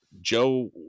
Joe